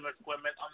equipment